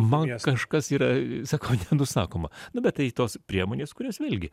man kažkas yra sakau nenusakoma nu bet tai tos priemonės kurios vėlgi